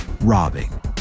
Robbing